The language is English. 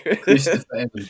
Christopher